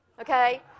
okay